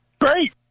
Great